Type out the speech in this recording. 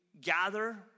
gather